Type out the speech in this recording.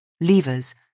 levers